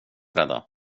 rädda